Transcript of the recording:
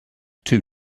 two